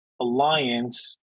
Alliance